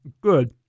Good